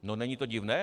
No, není to divné?